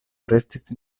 restis